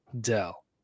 Dell